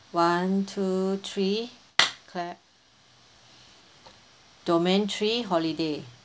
one two three clap domain three holiday